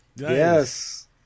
Yes